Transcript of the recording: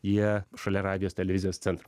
jie šalia radijos televizijos centro